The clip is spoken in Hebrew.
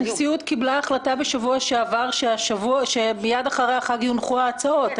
הנשיאות קיבלה החלטה בשבוע שעבר שמייד לאחר החג יונחו ההצעות,